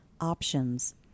options